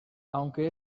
aunque